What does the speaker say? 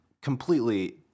completely